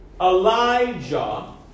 Elijah